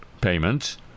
payments